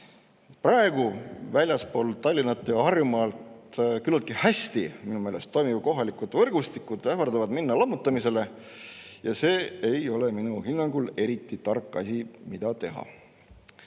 Praegu väljaspool Tallinna ja Harjumaad minu meelest küllaltki hästi toimivad kohalikud võrgustikud ähvardavad minna lammutamisele ja see ei ole minu hinnangul eriti tark asi, mida teha.